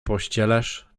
pościelesz